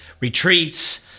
retreats